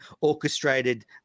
orchestrated